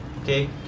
okay